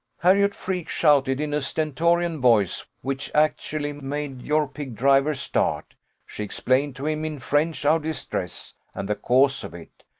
harriot freke shouted in a stentorian voice, which actually made your pig-driver start she explained to him in french our distress, and the cause of it,